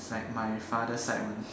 it's like my father's side one